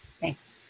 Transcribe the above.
Thanks